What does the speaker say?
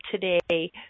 today